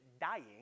dying